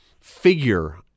figure